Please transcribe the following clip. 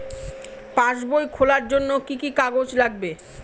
পাসবই খোলার জন্য কি কি কাগজ লাগবে?